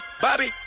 Bobby